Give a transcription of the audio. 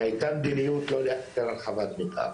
והייתה מדיניות לא לאשר הרחבת מתאר.